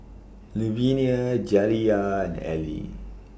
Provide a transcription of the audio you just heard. Louvenia Jaliyah and Elie